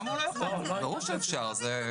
ברור שאפשר.